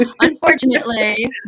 unfortunately